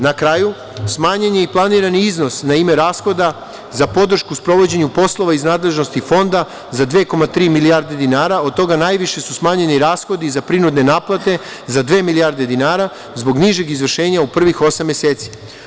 Na kraju, smanjen je i planirani iznos na ime rashoda za podršku u sprovođenju poslova iz nadležnosti fonda za 2,3 milijarde dinara, od toga najviše su smanjeni rashodi za prinudne naplate za dve milijarde dinara zbog nižeg izvršenja u prvih osam meseci.